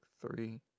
three